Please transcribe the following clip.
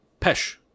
Pesh